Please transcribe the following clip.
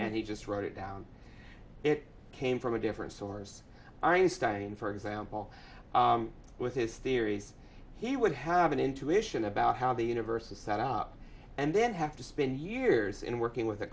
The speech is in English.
and he just wrote it down it came from a different source einstein for example with his theories he would have an intuition about how the universe is set up and then have to spend years in working with